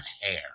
hair